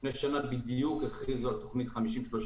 לפני שנה בדיוק הכריזו על תוכנית "50 עד